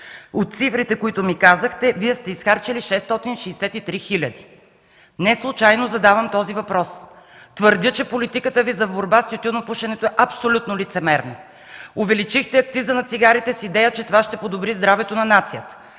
От цифрите, които ми казахте, Вие сте изхарчили 663 хиляди. Неслучайно задавам този въпрос. Твърдя, че политиката Ви за борба с тютюнопушенето е абсолютно лицемерна. Увеличихте акциза на цигарите с идея, че това ще подобри здравето на нацията.